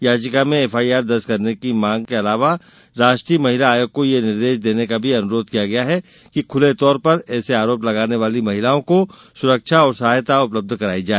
याचिका में F I R दर्ज कराने की मांग के अलावा राष्ट्रीय महिला आयोग को यह निर्देश देने का भी अनुरोध किया गया है कि खूले तौर पर ऐसे आरोप लगाने वाली महिलाओं को सुरक्षा और सहायता उपलब्ध कराई जाए